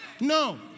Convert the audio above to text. No